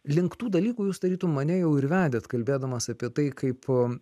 link tų dalykų jūs tarytum mane jau ir vedėt kalbėdamas apie tai kaip